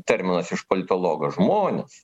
terminas iš politologo žmonės